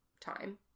time